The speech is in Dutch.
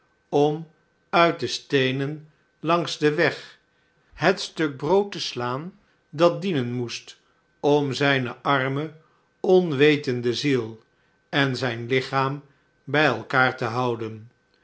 om uit desteenen langs den weg het stuk brood te slaan dat dienen moest om zijne arme onwetende ziel en zijn lichaam by elkaar te houden